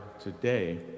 today